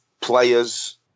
players